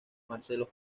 marcelo